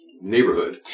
neighborhood